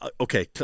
okay